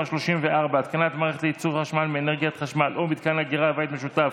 34) (התקנת מערכת לייצור חשמל מאנרגיית חשמל או מתקן אגירה בבית משותף),